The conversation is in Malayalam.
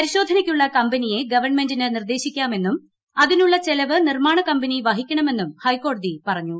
പരിശോധനയ്ക്കുള്ള കമ്പനിയെ ഗവൺമെന്റിന് നിർദ്ദേശിക്കാമെന്നും അതിനുള്ള ചെലവ് നിർമ്മാണ കമ്പനി വഹിക്കണമെന്നും ഹൈക്കോടതി പറഞ്ഞു